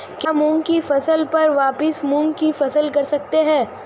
क्या मूंग की फसल पर वापिस मूंग की फसल कर सकते हैं?